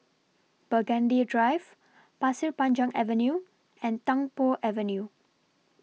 Burgundy Drive Pasir Panjang Avenue and Tung Po Avenue